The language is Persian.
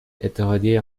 اتحادیه